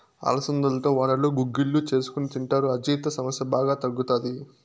అలసందలతో వడలు, గుగ్గిళ్ళు చేసుకొని తింటారు, అజీర్తి సమస్య బాగా తగ్గుతాది